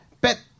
bet